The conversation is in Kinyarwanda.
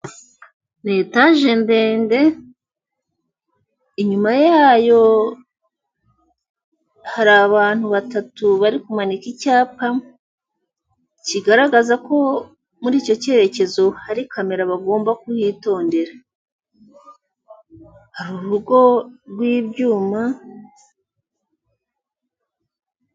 Ni etaje ndende, inyuma yayo hari abantu batatu bari kumanika icyapa kigaragaza ko muri icyo cyerekezo hari kamera bagomba kuhitondera, hari urugo rw'ibyuma.